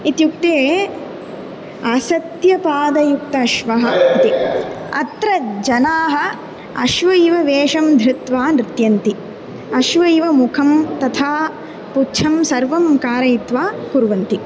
इत्युक्ते असत्यपादयुक्तश्वः इति अत्र जनाः अश्वैव वेषं धृत्वा नृत्यन्ति अश्वैव मुखं तथा पुच्छं सर्वं कारयित्वा कुर्वन्ति